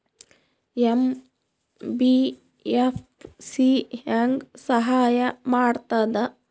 MBFC ಹೆಂಗ್ ಸಹಾಯ ಮಾಡ್ತದ?